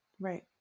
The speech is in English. Right